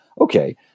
Okay